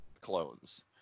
clones